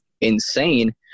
insane